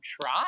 try